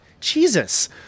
Jesus